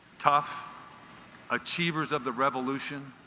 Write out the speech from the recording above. tough achievers of the revolution